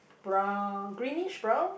brown greenish brown